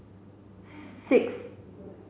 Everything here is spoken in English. six